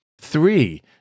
Three